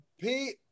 Pete